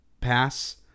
Pass